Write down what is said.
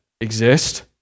exist